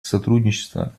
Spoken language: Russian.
сотрудничества